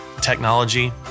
technology